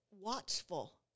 watchful